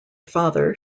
father